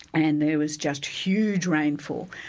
and there was just huge rainfall,